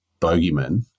bogeyman